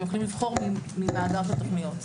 הם יכולים לבחור מאגף התוכניות.